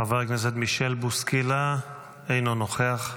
חבר הכנסת מישל בוסקילה, אינו נוכח.